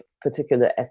particular